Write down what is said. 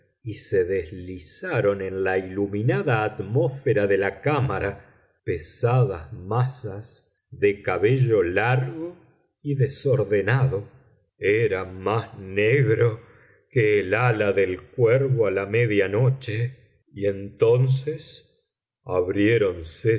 y se deslizaron en la iluminada atmósfera de la cámara pesadas masas de cabello largo y desordenado era más negro que el ala del cuervo a la media noche y entonces abriéronse